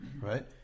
right